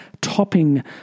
Topping